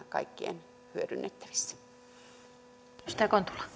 kaikkien hyödynnettävissä